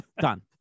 Done